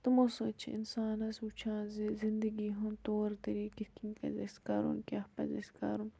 تِمو سۭتۍ چھِ اِنسانَس وٕچھان زِ زِندگی ہُنٛد طور طٔریق کِتھ کٔنۍ پَزِ اَسہِ کَرُن کیاہ پَزِ اَسہِ کَرُن